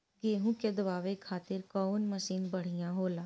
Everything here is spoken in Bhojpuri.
गेहूँ के दवावे खातिर कउन मशीन बढ़िया होला?